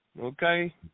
Okay